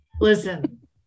Listen